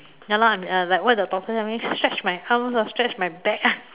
ya lor I'm uh like what the doctor tell me stretch my arms ah stretch my back ah